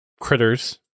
critters